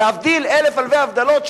להבדיל אלף אלפי הבדלות,